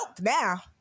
now